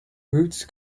routes